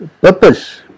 purpose